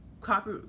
copy